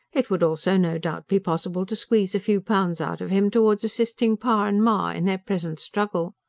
it would also, no doubt, be possible to squeeze a few pounds out of him towards assisting pa and ma in their present struggle.